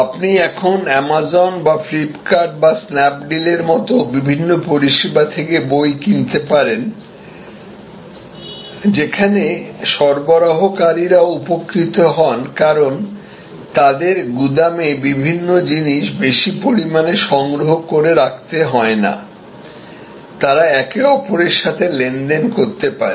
আপনি এখন অ্যামাজন বা ফ্লিপকার্ট বা স্ন্যাপ ডিলের মতো বিভিন্ন পরিষেবা থেকে বই কিনতে পারেন যেখানে সরবরাহকারীরাও উপকৃত হন কারণ তাদের গুদামে বিভিন্ন জিনিস বেশি পরিমাণে সংগ্রহ করে রাখতে হয় না তারা একে অপরের সাথে লেনদেন করতে পারে